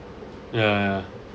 yeah yeah yeah